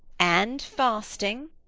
and fasting.